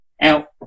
out